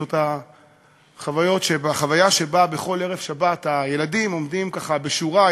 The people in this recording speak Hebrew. החוויה שבה בכל ערב שבת הילדים עומדים בשורה,